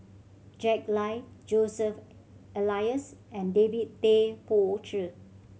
Jack Lai Joseph Elias and David Tay Poey Cher